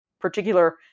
particular